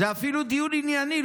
זה אפילו דיון ענייני.